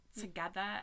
together